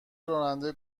راننده